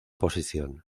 posición